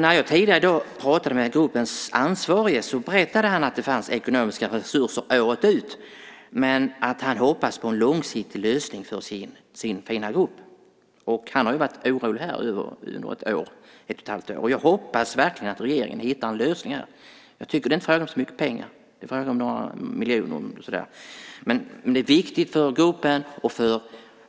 När jag tidigare pratade med gruppens ansvarige berättade han att det fanns ekonomiska resurser året ut men att han hoppades på en långsiktig lösning för sin fina grupp. Han har varit orolig i över ett och ett halvt år. Jag hoppas verkligen att regeringen hittar en lösning. Jag tycker inte att det är fråga om så mycket pengar, några miljoner. Det är viktigt för gruppen och för